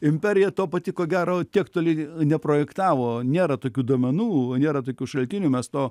imperija to pati ko gero tiek toli neprojektavo nėra tokių duomenų nėra tokių šaltinių mes to